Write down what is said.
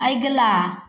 अगिला